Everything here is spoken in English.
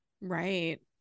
Right